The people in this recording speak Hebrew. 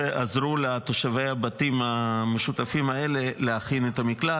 ועזרו לתושבי הבתים המשותפים האלה להכין את המקלט,